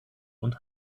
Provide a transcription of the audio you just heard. und